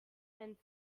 and